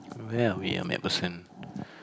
where are we at MacPherson